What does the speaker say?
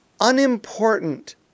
unimportant